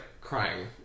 crying